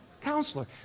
counselor